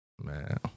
man